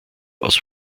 aus